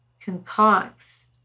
concocts